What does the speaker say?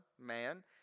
man